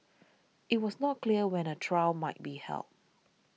it was not clear when a trial might be held